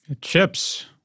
Chips